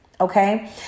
Okay